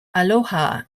aloha